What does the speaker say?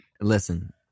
listen